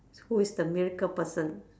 who is the miracle person